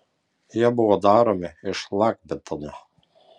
jie buvo daromi iš šlakbetonio